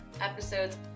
episodes